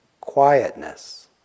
Quietness